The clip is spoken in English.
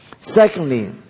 Secondly